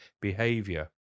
behavior